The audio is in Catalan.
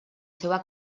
seva